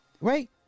right